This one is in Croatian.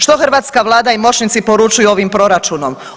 Što hrvatska Vlada i moćnici poručuju ovim proračunom.